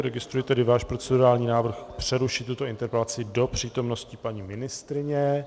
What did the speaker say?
Registruji tedy váš procedurální návrh přerušit tuto interpelaci do přítomnosti paní ministryně.